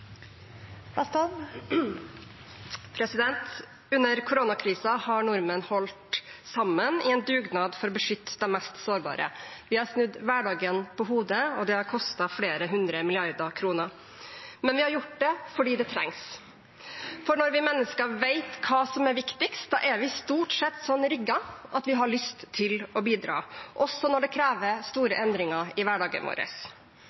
Under koronakrisen har nordmenn holdt sammen i en dugnad for å beskytte de mest sårbare. Vi har snudd hverdagen på hodet, og det har kostet flere hundre milliarder kroner. Men vi har gjort det fordi det trengs, for når vi mennesker vet hva som er viktigst, er vi stort sett sånn rigget at vi har lyst til å bidra – også når det krever store endringer i hverdagen vår.